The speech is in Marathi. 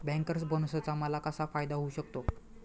बँकर्स बोनसचा मला कसा फायदा होऊ शकतो?